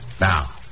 Now